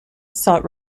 sought